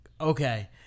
Okay